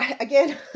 again